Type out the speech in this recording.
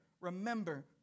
remember